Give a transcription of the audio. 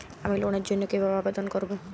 আমি লোনের জন্য কিভাবে আবেদন করব?